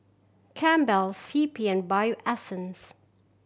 Campbell's C P and Bio Essence